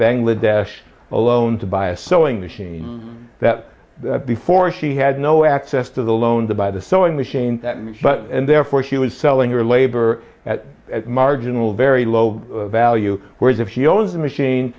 bangladesh a loan to buy a sewing machine that before she has no access to the loan to buy the sewing machine and therefore she was selling your labor at marginal very low value whereas if she owns the machine